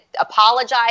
apologize